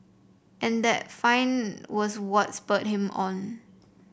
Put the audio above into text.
and that find was what spurred him on